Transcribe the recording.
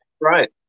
right